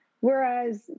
Whereas